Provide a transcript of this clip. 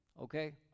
Okay